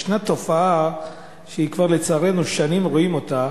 ישנה תופעה שלצערנו כבר שנים רואים אותה,